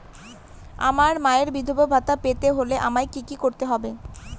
আমার মায়ের বিধবা ভাতা পেতে হলে আমায় কি কি করতে হবে?